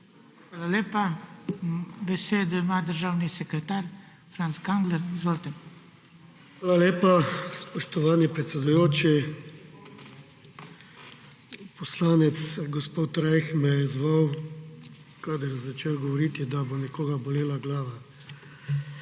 Hvala lepa. Besedo ima državni sekretar, Franc Kangler. Izvolite. FRANC KANGLER: Hvala lepa, spoštovani predsedujoči. Poslanec, gospod Rajh me je izzval, kadar je začel govoriti, da bo nekoga bolela glava.